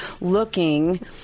looking